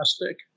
fantastic